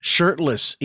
Shirtless